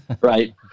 Right